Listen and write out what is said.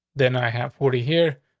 then i have forty here,